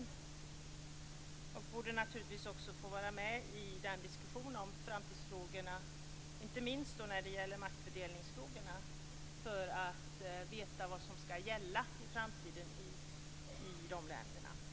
De borde naturligtvis också få vara med i diskussionen om framtidsfrågorna, inte minst när det gäller maktfördelningsfrågorna, för att de skall veta vad som gäller i framtiden i de länderna.